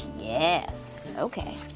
yes, okay,